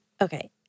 Okay